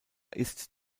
ist